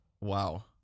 Wow